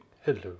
Hello